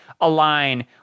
align